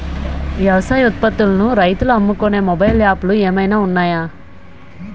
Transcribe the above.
వ్యవసాయ ఉత్పత్తులను రైతులు అమ్ముకునే మొబైల్ యాప్ లు ఏమైనా ఉన్నాయా?